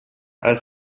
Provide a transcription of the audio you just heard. als